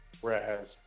Whereas